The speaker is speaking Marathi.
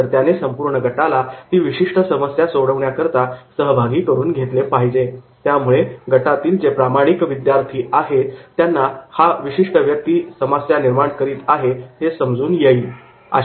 तर त्याने संपूर्ण गटाला ती विशिष्ट समस्या सोडवण्याकरता सहभागी करून घेतले पाहिजे त्यामुळे गटातील जे प्रामाणिक विद्यार्थी आहेत त्यांना हा विशिष्ट व्यक्ती समस्या निर्माण करीत आहे हे समजून येईल